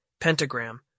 Pentagram